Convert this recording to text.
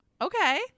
Okay